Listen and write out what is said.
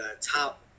top